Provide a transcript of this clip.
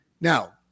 Now